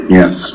yes